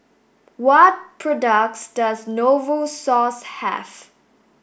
what products does Novosource have